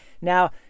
Now